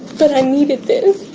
but i needed this.